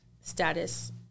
status